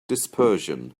dispersion